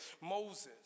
Moses